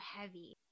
heavy